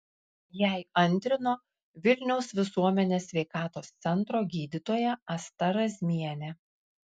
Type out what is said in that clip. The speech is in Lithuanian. jai antrino vilniaus visuomenės sveikatos centro gydytoja asta razmienė